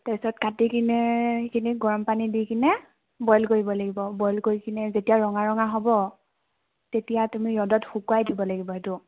তাৰপিছত কাটি কিনে সেইখিনি গৰম পানীত দি কিনে বইল কৰিব লাগিব বইল কৰি কিনে যেতিয়া ৰঙা ৰঙা হ'ব তেতিয়া তুমি ৰ'দত শুকুৱাই দিব লাগিব সেইটো